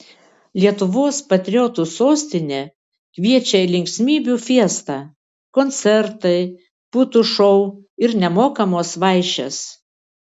lietuvos patriotų sostinė kviečia į linksmybių fiestą koncertai putų šou ir nemokamos vaišės